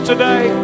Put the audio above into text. today